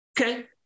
Okay